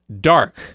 dark